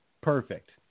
Perfect